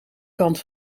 kant